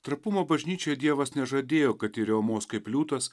trapumo bažnyčiai dievas nežadėjo kad ji riaumos kaip liūtas